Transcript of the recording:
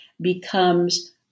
becomes